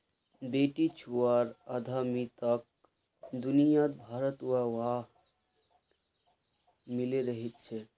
बेटीछुआर उद्यमिताक दुनियाभरत वाह वाह मिले रहिल छे